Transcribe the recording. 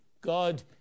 God